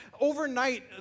overnight